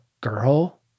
girl